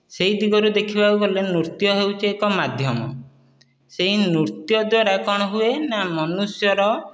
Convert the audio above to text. ସେହି ଦିଗରେ ଦେଖିବାକୁ ଗଲେ ନୃତ୍ୟ ହେଉଛି ଏକ ମାଧ୍ୟମ ସେହି ନୃତ୍ୟ ଦ୍ୱାରା କ'ଣ ହୁଏ ନା ମନୁଷ୍ୟର